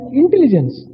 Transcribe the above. intelligence